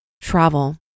Travel